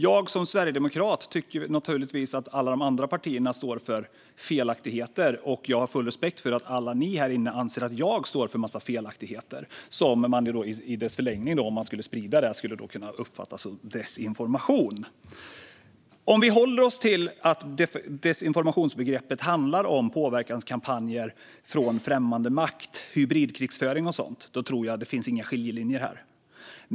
Jag som sverigedemokrat tycker naturligtvis att alla andra partier står för felaktigheter, och jag har full respekt för att alla här inne anser att jag står för en massa felaktigheter, som i förlängningen, om man skulle sprida det, skulle kunna uppfattas som desinformation. Om vi håller oss till att desinformationsbegreppet handlar om påverkanskampanjer från främmande makt, hybridkrigföring och sådant tror jag inte att det finns några skiljelinjer här.